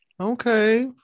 Okay